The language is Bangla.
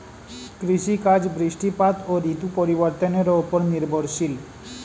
কৃষিকাজ বৃষ্টিপাত ও ঋতু পরিবর্তনের উপর নির্ভরশীল